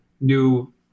new